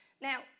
Now